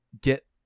get